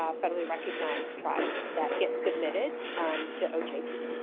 um federally recognized tribes that get submitted to ojp.